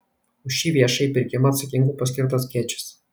už šį viešąjį pirkimą atsakingu paskirtas gečis